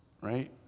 right